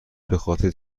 بخاطر